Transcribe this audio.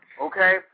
okay